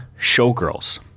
Showgirls